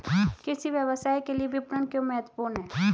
कृषि व्यवसाय के लिए विपणन क्यों महत्वपूर्ण है?